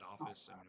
office